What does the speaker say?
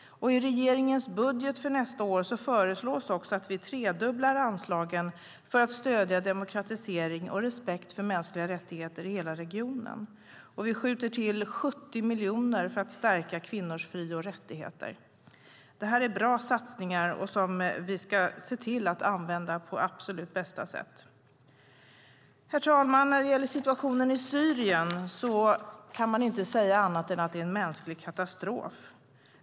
I regeringens budget för nästa år föreslås också att vi tredubblar anslagen för att stödja demokratisering och respekt för mänskliga rättigheter i hela regionen. Vi skjuter till 70 miljoner för att stärka kvinnors fri och rättigheter. Det är bra satsningar som vi ska använda på absolut bästa sätt. Herr talman! Man kan inte säga annat än att situationen i Syrien är en mänsklig katastrof.